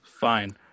Fine